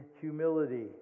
humility